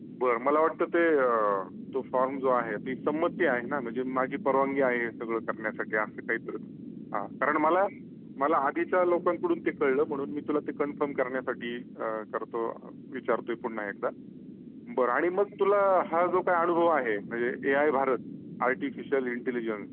बर मला वाटतं ते तो फॉर्म जो आहे ती संमती आहे ना म्हणजे माझी परवानगी आहे सगळं करण्यासाठी असं काहीतरी हां कारण मला मला आधीच्या लोकांकडून ते कळलं म्हणून मी तुला ते कन्फर्म करण्यासाठी करतो विचारतो आहे पुन्हा एकदा बर आणि मग तुला हा जो काही अनुभव आहे म्हणजे A I Bharat artificial intelligence